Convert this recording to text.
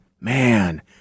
Man